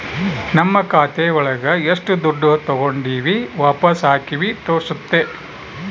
ನಮ್ ಖಾತೆ ಒಳಗ ಎಷ್ಟು ದುಡ್ಡು ತಾಗೊಂಡಿವ್ ವಾಪಸ್ ಹಾಕಿವಿ ತೋರ್ಸುತ್ತೆ